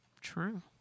true